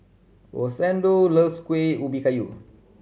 Rosendo loves Kuih Ubi Kayu